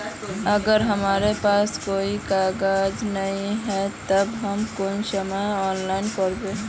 अगर हमरा पास कोई कागजात नय है तब हम कुंसम ऑनलाइन करबे?